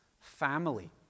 family